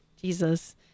Jesus